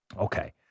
Okay